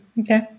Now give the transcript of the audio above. Okay